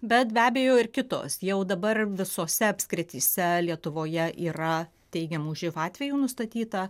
bet be abejo ir kitos jau dabar visose apskrityse lietuvoje yra teigiamų živ atvejų nustatyta